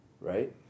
right